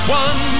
one